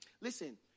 Listen